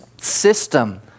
system